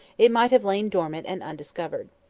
it might have lain dormant and undiscovered.